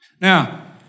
Now